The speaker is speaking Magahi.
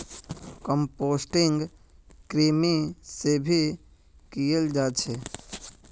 कम्पोस्टिंग कृमि से भी कियाल जा छे